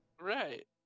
Right